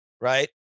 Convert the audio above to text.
right